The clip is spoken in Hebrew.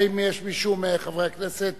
האם יש מישהו מחברי הכנסת